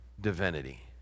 divinity